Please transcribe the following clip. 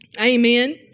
Amen